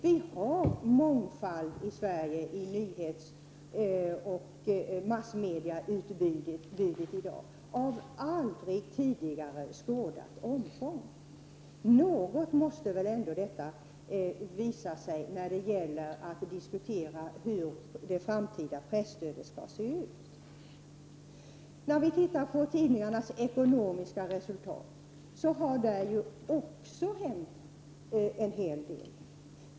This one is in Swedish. Vi har i dag en mångfald av aldrig tidigare skådat omfång i Sverige när det gäller nyhetsoch massmedieutbud. Detta måste väl på något sätt visa sig vid diskussionerna om det framtida presstödet. När man tittar på tidningarnas ekonomiska resultat visar det sig att det har hänt en hel del.